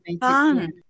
fun